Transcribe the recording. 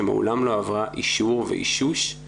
שמעולם לא עברה אישור ואישוש.